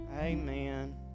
Amen